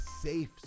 safe